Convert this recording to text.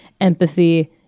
empathy